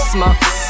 Smoke